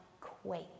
quake